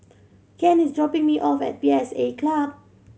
Ken is dropping me off at P S A Club